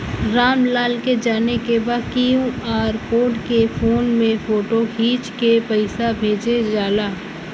राम लाल के जाने के बा की क्यू.आर कोड के फोन में फोटो खींच के पैसा कैसे भेजे जाला?